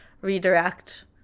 redirect